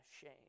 shame